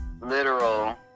literal